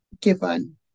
given